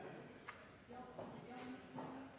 Ja,